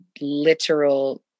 literal